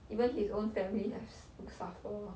even his own family has to suffer